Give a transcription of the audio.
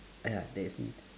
ya that is me